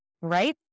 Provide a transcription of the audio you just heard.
right